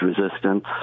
resistance